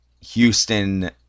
Houston